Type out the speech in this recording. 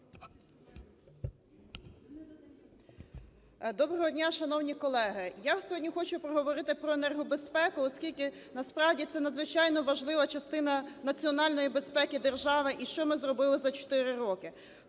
Доброго дня, шановні колеги. Я сьогодні хочу поговорити про енергобезпеку, оскільки насправді це надзвичайно важлива частина національної безпеки держави, і що ми зробили за чотири